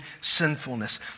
sinfulness